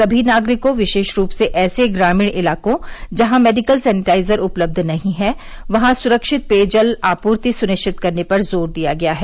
सभी नागरिकों विशेष रूप से ऐसे ग्रामीण इलाकों जहां मेडिकल सैनिटाइजर उपलब्ध नहीं हैं वहां सुरक्षित पेयजल आपूर्ति सुनिश्चित करने पर जोर दिया गया है